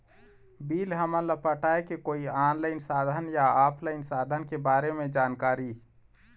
Bill हमन ला पटाए के कोई ऑनलाइन साधन या ऑफलाइन साधन के बारे मे जानकारी?